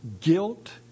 guilt